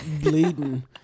bleeding